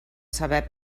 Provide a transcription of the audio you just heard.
saber